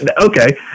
okay